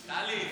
טלי.